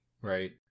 Right